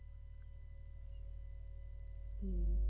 mm